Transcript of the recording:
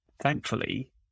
Thankfully